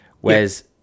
Whereas